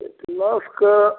एटलसके